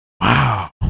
Wow